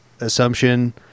assumption